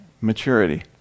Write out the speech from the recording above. maturity